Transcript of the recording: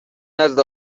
نزد